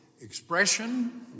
expression